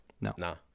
No